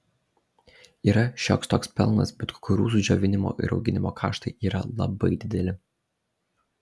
yra šioks toks pelnas bet kukurūzų džiovinimo ir auginimo kaštai yra labai dideli